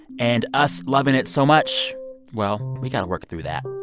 and us loving it so much well, we got to work through that.